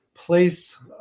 place